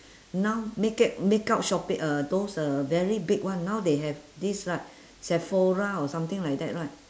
now makeup makeup shopping uh those uh very big one now they have this what sephora or something like that right